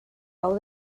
pau